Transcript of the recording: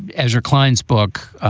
as reclines book,